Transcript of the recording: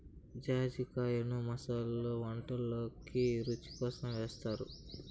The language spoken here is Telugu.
జాజికాయను మసాలా వంటకాలల్లో రుచి కోసం ఏస్తారు